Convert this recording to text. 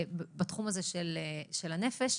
בתחום הזה של הנפש.